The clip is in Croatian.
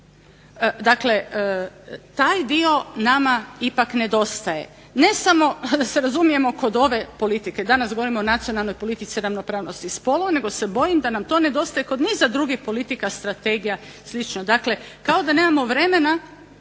Dakle, taj dio nama ipak nedostaje ne samo da se razumijemo kod ove politike. Danas govorimo o nacionalnoj politici ravnopravnosti spolova nego se bojim da nam to nedostaje kod niza drugih politika strategija i slično. Dakle, kao da nemamo vremena